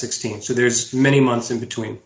sixteen so there's many months in between